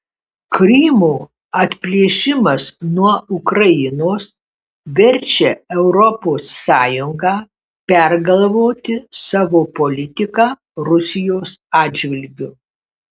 krymo atplėšimas nuo ukrainos verčia europos sąjungą pergalvoti savo politiką rusijos atžvilgiu